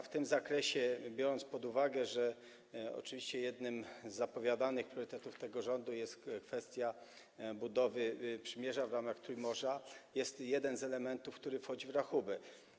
W tym zakresie, biorąc pod uwagę, że jednym z zapowiadanych priorytetów tego rządu jest kwestia budowy przymierza w ramach Trójmorza, jest to oczywiście jeden z elementów, który wchodzi w rachubę.